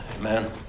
Amen